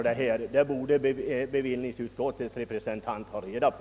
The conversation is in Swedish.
Det borde bevillningsutskottets representant ha reda på.